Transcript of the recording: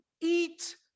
eat